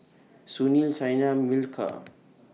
Sunil Saina Milkha